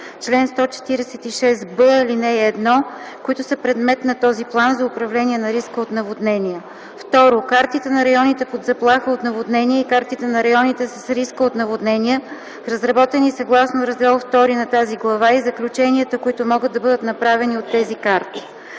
чл. 146б, ал. 1, които са предмет на този план за управление на риска от наводнения; 2. картите на районите под заплаха от наводнения и картите на районите с риска от наводнения, разработени съгласно Раздел ІІ, и заключенията, които могат да бъдат направени от тези карти;